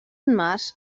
mas